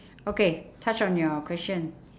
okay touch on your question